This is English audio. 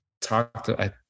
talked